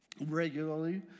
Regularly